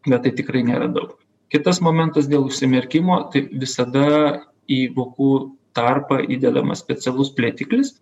bet tai tikrai nėra daug kitas momentas dėl užsimerkimo tai visada į vokų tarpą įdedamas specialus plėtiklis